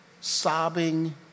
sobbing